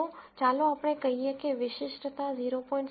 તો ચાલો આપણે કહીએ કે વિશિષ્ટતા 0